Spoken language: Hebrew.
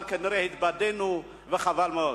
אבל כנראה התבדינו וחבל מאוד..